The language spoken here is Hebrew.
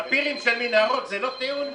הפירים של המנהרות זה לא טיעון מקצועי?